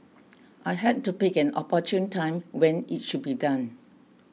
I had to pick an opportune time when it should be done